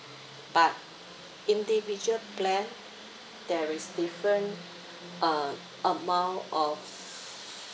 but individual plan there is different uh amount of